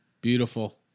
Beautiful